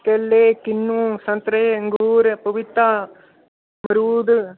केले किन्नु संतरे अंगूर पपीता मरूद